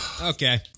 Okay